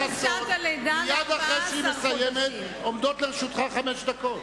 מייד אחרי שהיא מסיימת עומדות לרשותך חמש דקות.